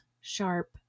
sharp